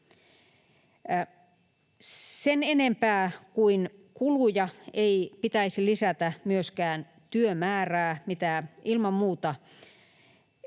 Sen enempää kuin kuluja ei pitäisi lisätä myöskään työmäärää, mitä ilman muuta